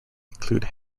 include